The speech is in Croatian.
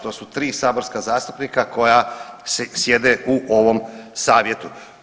To su tri saborska zastupnika koja sjede u ovom savjetu.